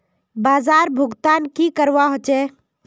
बाजार भुगतान की करवा होचे?